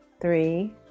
three